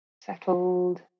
settled